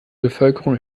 bevölkerung